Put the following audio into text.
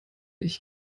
ich